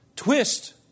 Twist